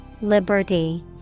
Liberty